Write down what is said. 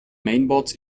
mainboards